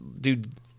dude